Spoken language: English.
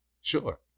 Sure